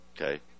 Okay